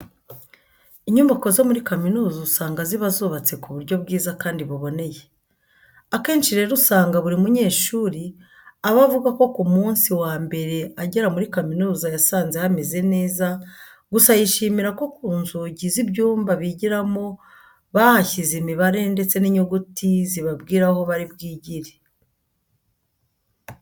Inyubako zo muri kaminuza usanga ziba zubatse ku buryo bwiza kandi buboneye. Akenshi rero usanga buri munyeshuri aba avuga ko ku munsi wa mbere agera muri kaminuza yasanze hameze neza gusa yishimira ko ku nzugi z'ibyumba bigiramo bahashyize imibare ndetse n'inyuguti zibabwira aho bari bwigire.